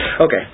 okay